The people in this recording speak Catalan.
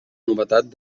novetat